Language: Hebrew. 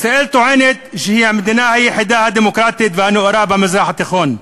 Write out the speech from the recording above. ישראל טוענת שהיא המדינה היחידה הדמוקרטית והנאורה במזרח התיכון,